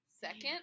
second